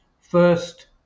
First